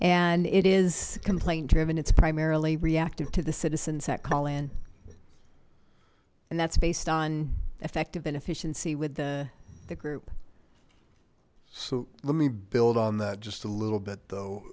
and it is complaint driven it's primarily reactive to the citizens that call in and that's based on effective and efficiency with the group so let me build on that just a little bit though